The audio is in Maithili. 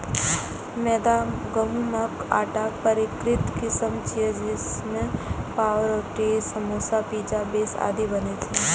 मैदा गहूंमक आटाक परिष्कृत किस्म छियै, जइसे पावरोटी, समोसा, पिज्जा बेस आदि बनै छै